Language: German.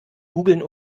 googlen